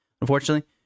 unfortunately